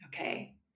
okay